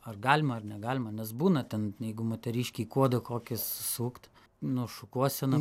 ar galima ar negalima nes būna ten jeigu moteriškei kuodą kokį susukt nu šukuoseną